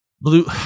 Blue